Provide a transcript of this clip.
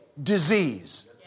Disease